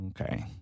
Okay